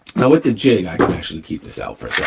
now with the jig, i can actually keep this out for so